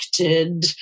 affected